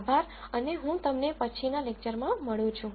આભાર અને હું તમને પછીના લેકચરમાં મળું છું